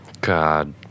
God